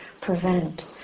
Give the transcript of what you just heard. prevent